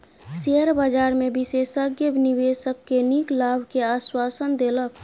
share बजार में विशेषज्ञ निवेशक के नीक लाभ के आश्वासन देलक